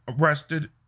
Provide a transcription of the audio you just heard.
arrested